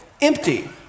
empty